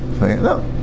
No